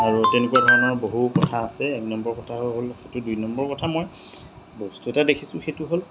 আৰু তেনেকুৱা ধৰণৰ বহু কথা আছে এক নম্বৰ কথা হ'ল সেইটো দুই নম্বৰ কথা মই বস্তু এটা দেখিছোঁ সেইটো হ'ল